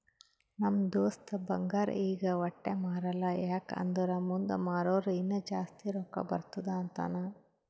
ನಮ್ ದೋಸ್ತ ಬಂಗಾರ್ ಈಗ ವಟ್ಟೆ ಮಾರಲ್ಲ ಯಾಕ್ ಅಂದುರ್ ಮುಂದ್ ಮಾರೂರ ಇನ್ನಾ ಜಾಸ್ತಿ ರೊಕ್ಕಾ ಬರ್ತುದ್ ಅಂತಾನ್